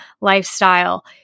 lifestyle